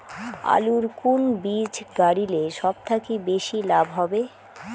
আলুর কুন বীজ গারিলে সব থাকি বেশি লাভ হবে?